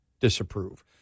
disapprove